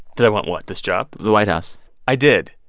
did i want what, this job? the white house i did.